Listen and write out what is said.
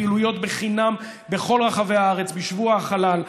פעילויות בחינם בכל רחבי הארץ בשבוע החלל,